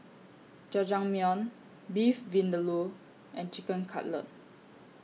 Jajangmyeon Beef Vindaloo and Chicken Cutlet